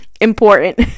important